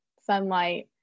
sunlight